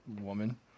woman